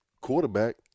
quarterback